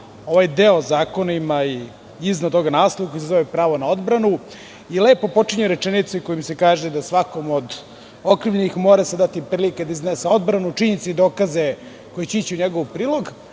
ovaj deo zakona ima iznad toga naslov koji se zove pravo na odbranu. Lepo počinje rečenica kojom se kaže da se svakom od okrivljenih mora dati prilika da iznese odbranu, činjenice i dokaze koji će ići u njegov prilog,